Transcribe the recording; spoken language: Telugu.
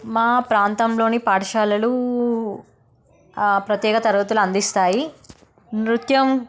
మా ప్రాంతంలోని పాఠశాలలు ప్రత్యేక తరగతులు అందిస్తాయి నృత్యం